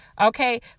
Okay